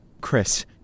Chris